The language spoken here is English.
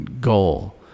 goal